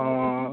অ'